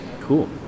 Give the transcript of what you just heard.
Cool